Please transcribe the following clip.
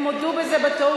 הם הודו בטעות,